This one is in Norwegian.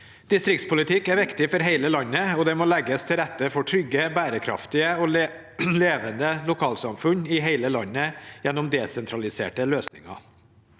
Distriktspolitikk er viktig for hele landet, og det må legges til rette for trygge, bærekraftige og levende lokalsamfunn i hele landet gjennom desentraliserte løsninger.